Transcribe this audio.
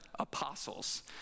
apostles